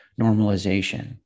normalization